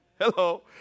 Hello